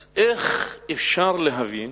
אז איך אפשר להבין